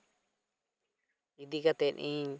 ᱤᱫᱤ ᱠᱟᱛᱮᱫ ᱤᱧ